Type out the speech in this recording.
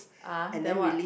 ah then what